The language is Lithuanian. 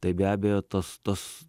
tai be abejo tos tos